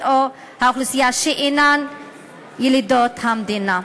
או האוכלוסייה שאינה ילידת המדינה.